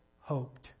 hoped